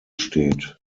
steht